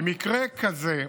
במקרה כזה,